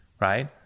right